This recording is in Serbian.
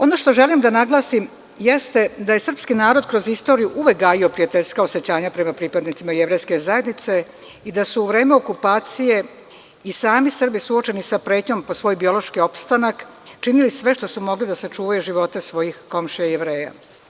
Ono što želim da naglasim jeste da je srpski narod kroz istoriju uvek gajio prijateljske osećanja prema pripadnicima jevrejske zajednice i da su u vreme okupacije i sami Srbi suočeni sa pretnjom po svoj biološki opstanak činili sve kako bi mogli da sačuvaju živote svojih komšija Jevreja.